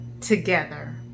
together